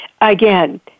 again